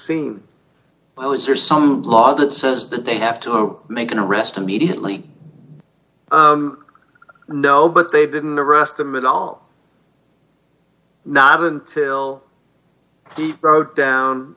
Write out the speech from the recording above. scene i was there some law that says that they have to make an arrest immediately no but they didn't arrest him at all not until he wrote down